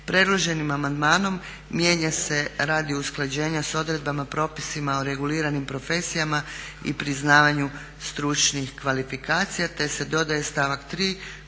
Predloženim amandmanom mijenja se radi usklađenja s odredbama, propisima o reguliranim profesijama i priznavanju stručnih kvalifikacija, te se dodaje stavak 3.